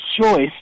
choice